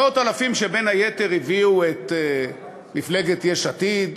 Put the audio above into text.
מאות אלפים שבין היתר הביאו את מפלגת יש עתיד,